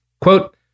Quote